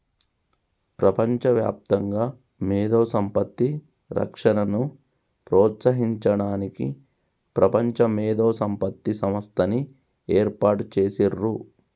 ప్రపంచవ్యాప్తంగా మేధో సంపత్తి రక్షణను ప్రోత్సహించడానికి ప్రపంచ మేధో సంపత్తి సంస్థని ఏర్పాటు చేసిర్రు